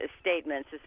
statements